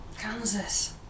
Kansas